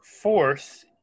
fourth